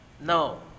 No